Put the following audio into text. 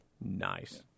Nice